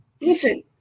listen